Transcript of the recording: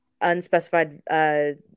unspecified